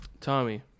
Tommy